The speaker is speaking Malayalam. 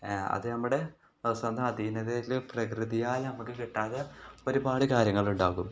അത് നമ്മുടെ അധീനതയിൽ പ്രകൃതിയാൽ നമുക്ക് കിട്ടാതെ ഒരുപാട് കാര്യങ്ങൾ ഉണ്ടാകും